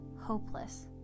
hopeless